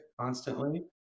constantly